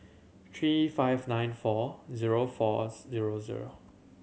three five nine four zero four zero zero